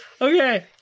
Okay